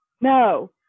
no